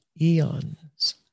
eons